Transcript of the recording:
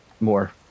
more